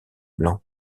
blanc